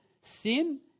sin